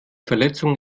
verletzung